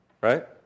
Right